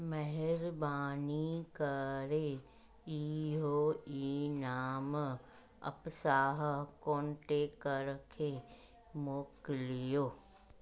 महिरबानी करे इहो इनामु अफ्साह कोन्टेकर खे मोकिलियो